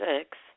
six